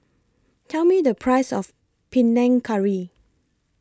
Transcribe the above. Tell Me The Price of Panang Curry